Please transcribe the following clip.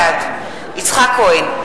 בעד יצחק כהן,